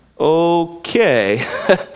okay